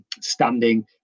Standing